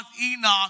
Enoch